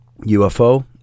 UFO